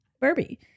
barbie